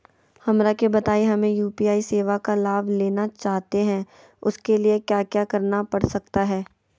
हमरा के बताइए हमें यू.पी.आई सेवा का लाभ लेना चाहते हैं उसके लिए क्या क्या करना पड़ सकता है?